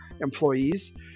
employees